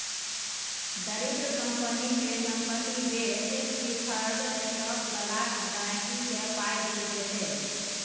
दरिद्र कंपनी केर संपत्ति बेचि प्रिफर्ड स्टॉक बला गांहिकी केँ पाइ देल जेतै